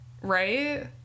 right